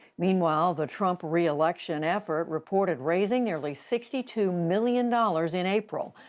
meanwhile, the trump reelection effort reported raising nearly sixty two million dollars in april.